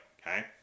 Okay